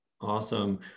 Awesome